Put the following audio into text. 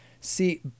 See